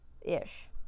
Ish